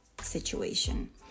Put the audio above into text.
situation